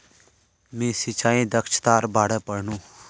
मी सिंचाई दक्षतार बारे पढ़नु